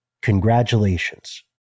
Congratulations